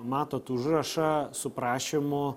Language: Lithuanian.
matot užrašą su prašymu